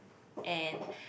and